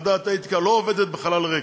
ועדת האתיקה לא עובדת בחלל ריק,